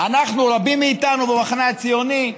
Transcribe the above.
אנחנו, רבים מאיתנו במחנה הציוני,